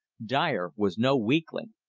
dyer was no weakling.